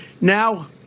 now